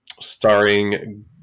starring